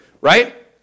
Right